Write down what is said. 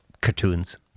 cartoons